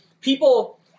people